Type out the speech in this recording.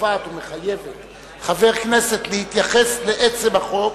הקובעת ומחייבת חבר כנסת להתייחס לעצם החוק,